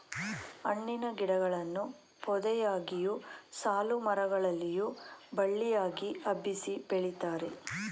ಹಣ್ಣಿನ ಗಿಡಗಳನ್ನು ಪೊದೆಯಾಗಿಯು, ಸಾಲುಮರ ಗಳಲ್ಲಿಯೂ ಬಳ್ಳಿಯಾಗಿ ಹಬ್ಬಿಸಿ ಬೆಳಿತಾರೆ